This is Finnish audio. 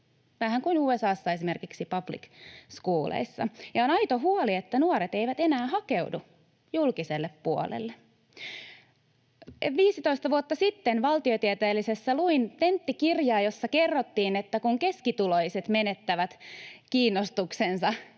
vähän kuin esimerkiksi USA:ssa public schooleissa. On aito huoli, että nuoret eivät enää hakeudu julkiselle puolelle. 15 vuotta sitten valtiotieteellisessä luin tenttikirjaa, jossa kerrottiin, että kun keskituloiset menettävät kiinnostuksensa